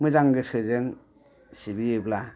मोजां गोसोजों सिबियोब्ला